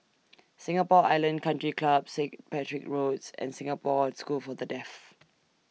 Singapore Island Country Club Saint Patrick's Roads and Singapore School For The Deaf